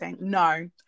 No